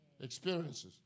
experiences